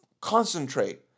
concentrate